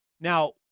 Now